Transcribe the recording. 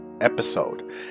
episode